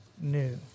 new